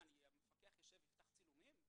מה, המפקח יפתח צילומים?